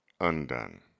undone